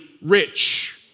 rich